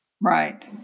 Right